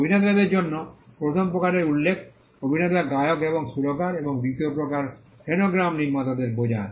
অভিনেতাদের জন্য প্রথম প্রকারের উল্লেখ অভিনেতা গায়ক এবং সুরকার এবং দ্বিতীয় প্রকার ফোনগ্রামের নির্মাতাদের বোঝায়